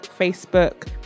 facebook